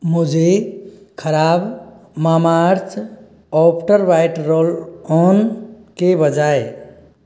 मुझे खराब Mamaearth after bite roll on के बजाय